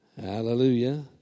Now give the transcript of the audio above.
Hallelujah